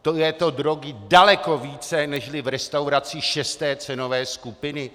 To je to drogy daleko více nežli v restauracích šesté cenové skupiny.